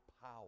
power